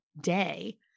day